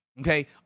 Okay